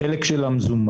החלק של המזומן,